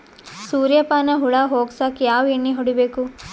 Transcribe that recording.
ಸುರ್ಯಪಾನ ಹುಳ ಹೊಗಸಕ ಯಾವ ಎಣ್ಣೆ ಹೊಡಿಬೇಕು?